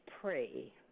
pray